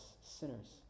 sinners